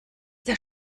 der